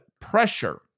pressure